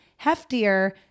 heftier